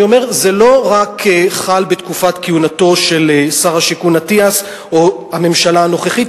זה לא רק חל בתקופת כהונתו של שר השיכון אטיאס או הממשלה הנוכחית,